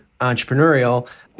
entrepreneurial